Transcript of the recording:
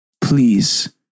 Please